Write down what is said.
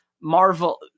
Marvel